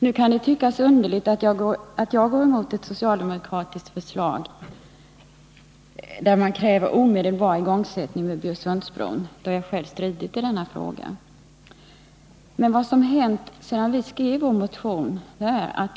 Nu kan det tyckas underligt att jag går emot ett socialdemokratiskt förslag, där man kräver omedelbar igångsättning med byggandet av Bjursundsbron, då jag själv stridit i denna fråga. Men sedan vi skrev vår motion har följande hänt.